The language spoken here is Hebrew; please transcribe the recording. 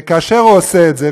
כאשר הוא עושה את זה,